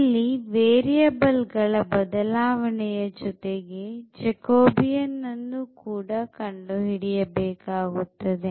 ಇಲ್ಲಿ ವೇರಿಯಬಲ್ ಗಳ ಬದಲಾವಣೆ ಯ ಜೊತೆಗೆ jacobian ಅನ್ನು ಕೂಡ ಕಂಡುಹಿಡಿಯಬೇಕಾಗುತ್ತದೆ